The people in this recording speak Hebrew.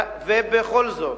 בכל זאת,